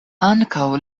ankaŭ